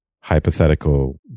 hypothetical